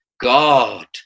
God